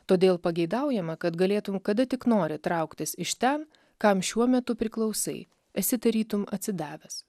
todėl pageidaujama kad galėtum kada tik nori trauktis iš ten kam šiuo metu priklausai esi tarytum atsidavęs